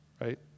Right